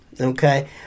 okay